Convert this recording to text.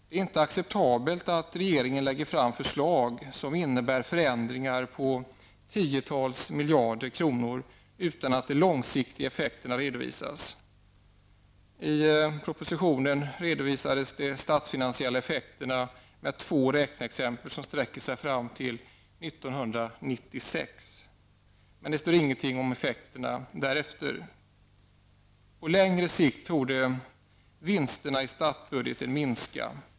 Det är inte acceptabelt att regeringen lägger fram förslag om förändringar på tiotals miljarder kronor utan att de långsiktiga effekterna redovisas. I propositionen redovisas de statsfinansiella effekterna med två räkneexempel som sträcker sig fram till 1996. Men det står ingenting om effekterna därefter. På längre sikt torde vinsterna i statsbudgeten minska.